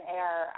air